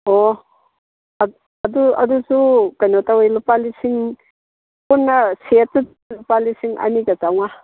ꯑꯣ ꯑꯗꯨ ꯑꯗꯨꯁꯨ ꯀꯩꯅꯣ ꯇꯧꯋꯤ ꯂꯨꯄꯥ ꯂꯤꯁꯤꯡ ꯄꯨꯟꯅ ꯁꯦꯠꯇꯨꯗ ꯂꯨꯄꯥ ꯂꯤꯁꯤꯡ ꯑꯅꯤꯒ ꯆꯥꯝꯃꯉꯥ